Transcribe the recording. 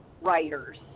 writers